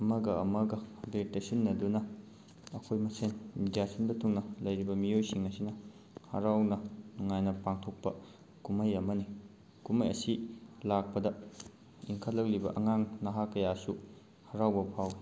ꯑꯃꯒ ꯑꯃꯒ ꯑꯕꯦꯔ ꯇꯩꯁꯤꯟꯅꯗꯨꯅ ꯑꯩꯈꯣꯏ ꯃꯁꯦꯟ ꯏꯟꯗꯤꯌꯥ ꯁꯤꯟꯕ ꯊꯨꯡꯅ ꯂꯩꯔꯤꯕ ꯃꯤꯑꯣꯏꯁꯤꯡ ꯑꯁꯤꯅ ꯍꯔꯥꯎꯅ ꯅꯨꯡꯉꯥꯏꯅ ꯄꯥꯡꯊꯣꯛꯄ ꯀꯨꯝꯍꯩ ꯑꯃꯅꯤ ꯀꯨꯝꯍꯩ ꯑꯁꯤ ꯂꯥꯛꯄꯗ ꯏꯪꯈꯠꯂꯛꯂꯤꯕ ꯑꯉꯥꯡ ꯅꯍꯥ ꯀꯌꯥꯁꯨ ꯍꯔꯥꯎꯕ ꯐꯥꯎꯋꯤ